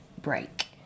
break